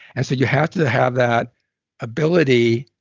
and so you have to have that ability,